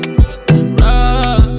rock